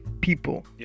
people